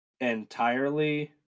entirely